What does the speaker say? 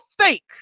fake